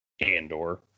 Andor